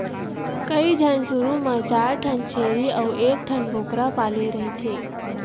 कइझन शुरू म चार ठन छेरी अउ एकठन बोकरा पाले रहिथे